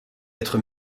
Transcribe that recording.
être